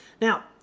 Now